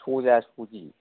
सजा सजि